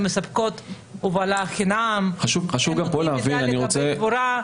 מספקות הובלה חינם ואת כל המידע לגבי קבורה,